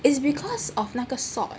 is because of 那个 salt